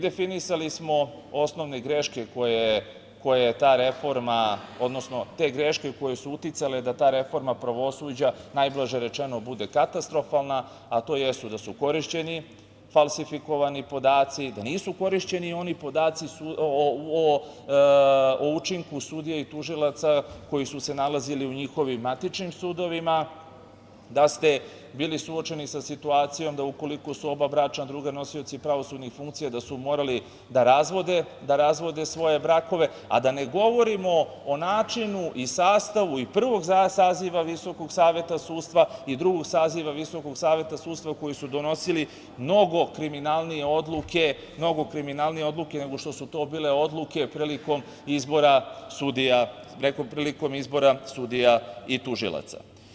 Definisali smo osnovne greške koje je ta reforme, te greške koje su uticale da ta reforma pravosuđa, najblaže rečeno, bude katastrofalna, a to jesu da su korišćeni falsifikovani podaci, da nisu korišćeni oni podaci o učinku sudija i tužilaca koji su se nalazili u njihovim matičnim sudovima, da ste bili suočeni sa situacijom, ukoliko su oba bračna druga nosioci pravosudnih funkcija, da su morali da razvode svoje brakove, a da ne govorimo o načinu i sastavu prvog saziva VSS i drugog saziva VSS koji su donosili mnogo kriminalnije odluke, nego što su to bile odluke prilikom izbora sudija i tužilaca.